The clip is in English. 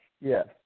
yes